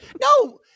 No